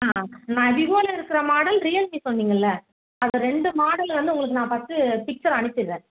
ஆ நான் விவோவில இருக்கிற மாடல் ரியல்மீ சொன்னீங்கல்ல அந்த ரெண்டு மாடல்லந்து உங்களுக்கு நான் ஃபர்ஸ்ட்டு பிக்ச்சர் அனுப்பிடுறேன்